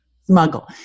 smuggle